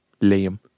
Liam